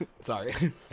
Sorry